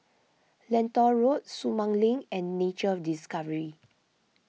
Lentor Road Sumang Link and Nature Discovery